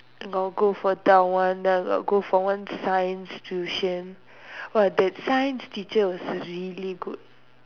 got go for that one then I got go for one science tuition !wah! that science teacher also really good